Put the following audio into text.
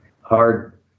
hard